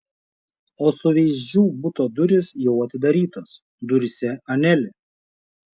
o suveizdžių buto durys jau atidarytos duryse anelė